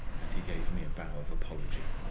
and he gave me a bow of apology.